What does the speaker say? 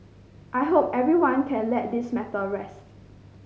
I hope everyone can let this matter rest